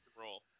roll